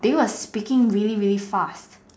they were speaking really really fast